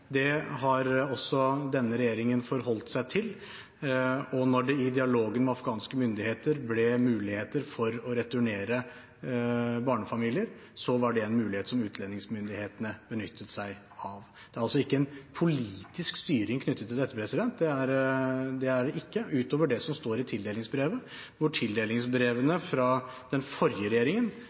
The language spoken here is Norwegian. Det har også denne regjeringen forholdt seg til, og når det i dialogen med afghanske myndigheter ble mulighet for å returnere barnefamilier, var det en mulighet som utlendingsmyndighetene benyttet seg av. Det er altså ikke en politisk styring knyttet til dette – det er det ikke, utover det som står i tildelingsbrevet – når tildelingsbrevene fra den forrige regjeringen